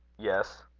yes.